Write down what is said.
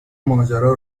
ماجرا